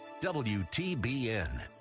WTBN